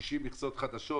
מכסות חדשות,